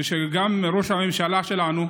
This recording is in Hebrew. שהוא גם ראש הממשלה שלנו: